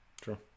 True